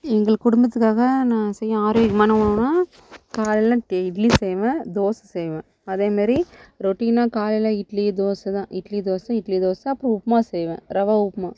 எங்கள் குடும்பத்துக்காக நான் செய்யும் ஆரோக்கியமான உணவுனா காலையில் இட்லி செய்வேன் தோசை செய்வேன் அதே மாரி ரொட்டினாக காலையில் இட்லி தோசை தான் இட்லி தோசை இட்லி தோசை அப்புறம் உப்புமா செய்வேன் ரவா உப்புமா